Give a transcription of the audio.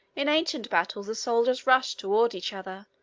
in ancient battles the soldiers rushed toward each other,